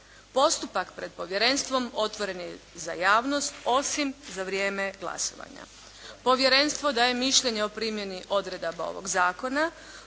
Postupak pred povjerenstvom otvoren je za javnost, osim za vrijeme glasovanja. Povjerenstvo daje mišljenje o primjeni odredaba ovoga zakona,